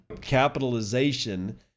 capitalization